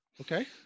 Okay